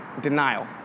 denial